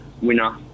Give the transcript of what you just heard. winner